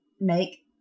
make